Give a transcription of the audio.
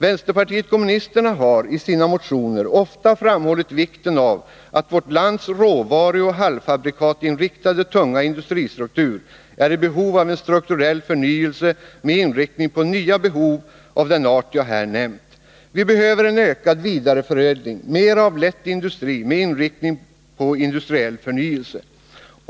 Vänsterpartiet kommunisterna har i sina motioner ofta framhållit vikten av att vårt lands råvaruoch halvfabrikatinriktade tunga industristruktur är i behov av en strukturell förnyelse med inriktning på nya behov av den art jag här nämnt. Vi behöver en ökad vidareförädling, mera av lätt industri med inriktning på industriell förnyelse.